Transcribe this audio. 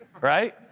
right